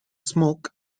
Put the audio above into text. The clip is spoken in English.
smoke